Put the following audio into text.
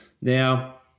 now